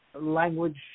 language